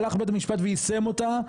הלך בית המשפט ויישם אותה,